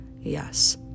Yes